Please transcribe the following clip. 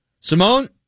Simone